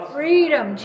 Freedom